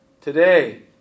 Today